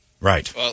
right